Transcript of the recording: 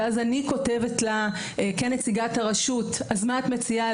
ואז אני כותבת לה כנציגת הרשות: אז מה את מציעה?